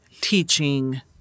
teaching